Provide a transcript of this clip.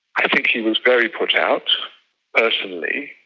i think he was very put out personally,